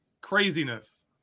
craziness